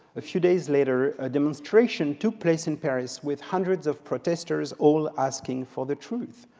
a few days later, a demonstration took place in paris, with hundreds of protesters all asking for the truth.